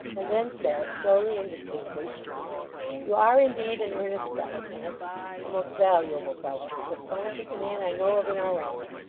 and then said, slowly and distinctly you are indeed an earnest fellow, dennis a most valuable fellow the staunchest man i know of in our ranks.